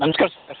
ನಮ್ಸ್ಕಾರ ಸರ್